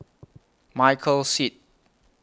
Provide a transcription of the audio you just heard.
Michael Seet